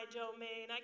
domain